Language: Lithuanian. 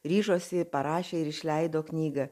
ryžosi parašė ir išleido knygą